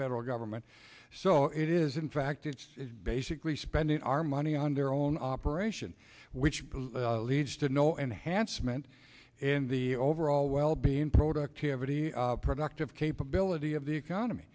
federal government so it is in fact it's basically spending our money on their own operation which leads to no enhancement in the overall wellbeing productivity productive capability of the economy